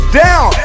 down